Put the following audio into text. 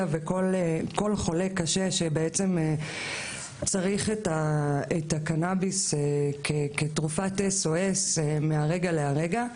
וכל חולה קשה שבעצם צריך את הקנאביס כתרופת SOS מהרגע להרגע.